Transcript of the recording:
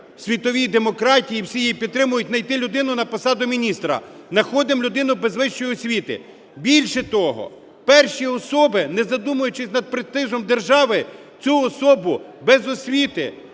світовій демократії, всі її підтримують, найти людину на посаду міністра. Находимо людину без вищої освіти. Більше того, перші особи, не задумуючись над престижем держави, цю особу без освіти,